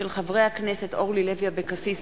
מאת חברי הכנסת אורלי לוי אבקסיס,